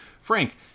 Frank